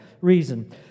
reason